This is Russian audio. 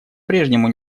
прежнему